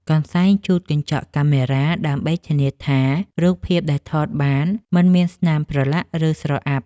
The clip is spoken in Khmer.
កន្សែងជូតកញ្ចក់កាមេរ៉ា ដើម្បីធានាថា រូបភាពដែលថតបានមិនមានស្នាមប្រឡាក់ ឬស្រអាប់។